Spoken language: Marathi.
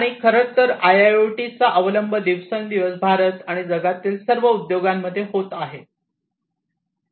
खरं तर आयआयओटीचा अवलंब दिवसेंदिवस भारत आणि जगातील सर्व उद्योगांमध्ये सतत वाढत आहे